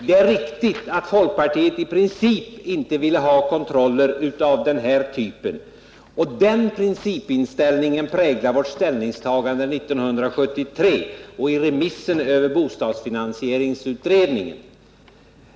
Det är riktigt att folkpartiet i princip inte vill ha kontroller av den här typen. Den principinställningen präglade vårt ställningstagande 1973 och vårt ställningstagande i remissen angående bostadsfinansieringsutredningen.